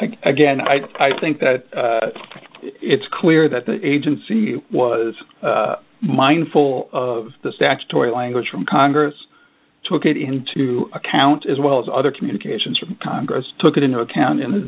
it again i think that it's clear that the agency was mindful of the statutory language from congress took it into account as well as other communications from congress took into account in the